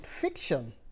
fiction